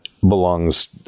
belongs